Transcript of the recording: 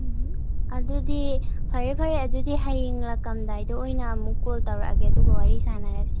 ꯎꯝ ꯑꯗꯨꯗꯤ ꯐꯔꯦ ꯐꯔꯦ ꯑꯗꯨꯗꯤ ꯍꯌꯦꯡ ꯂꯥꯛꯑꯝꯗꯥꯏꯗ ꯑꯣꯏꯅ ꯑꯃꯨꯛ ꯀꯣꯜ ꯇꯧꯔꯛꯑꯒꯦ ꯑꯗꯨꯒ ꯋꯥꯔꯤ ꯁꯥꯟꯅꯔꯁꯤ